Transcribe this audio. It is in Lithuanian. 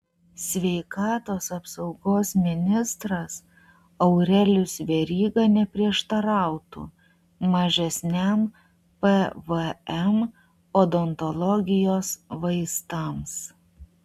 sveikatos apsaugos ministras aurelijus veryga neprieštarautų mažesniam pvm odontologijos vaistams